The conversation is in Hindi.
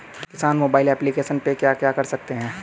किसान मोबाइल एप्लिकेशन पे क्या क्या कर सकते हैं?